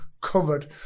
covered